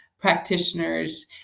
practitioners